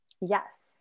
Yes